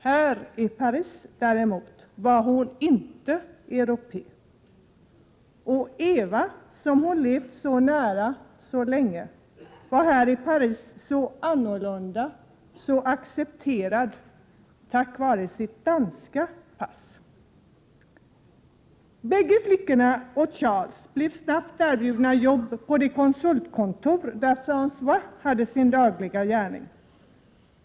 Men i Paris var hon däremot inte europé. Och Eva, som hon levt så nära så länge, var i Paris så annorlunda och så accepterad tack vare sitt danska pass. Bägge flickorna och Charles blev snabbt erbjudna jobb på det konsultkon tor där Frangois hade sin dagliga gärning.